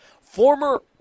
Former